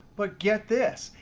but get this.